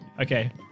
Okay